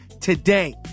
today